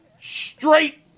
straight